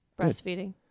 breastfeeding